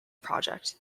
project